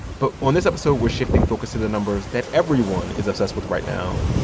but on this episode, we're shifting focus to the numbers that everyone is obsessed with right now,